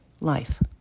life